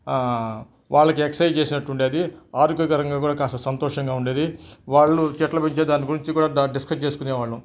వాళ్ళకి ఎక్సరసైజ్ చేసినట్టు ఉండేది ఆరోగ్యకరంగా కూడా కాస్త సంతోషంగా ఉండేది వాళ్ళు చెట్లని పెంచే దాని గురించి కూడా డ డిస్కస్ చేసుకునే వాళ్ళం